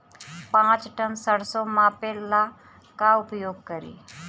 पाँच टन सरसो मापे ला का उपयोग करी?